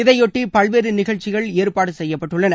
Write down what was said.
இதையொட்டி பல்வேறு நிகழ்ச்சிகள் ஏற்பாடு செய்யப்பட்டுள்ளன